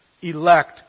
elect